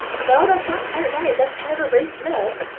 no. that's not quite right. that's kind of a rape myth,